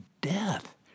death